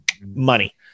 money